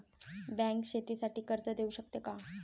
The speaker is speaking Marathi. बँक शेतीसाठी कर्ज देऊ शकते का?